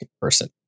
person